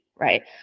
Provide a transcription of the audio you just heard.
Right